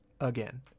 again